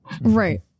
Right